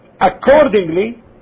accordingly